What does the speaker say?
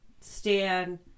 Stan